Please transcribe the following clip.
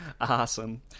Awesome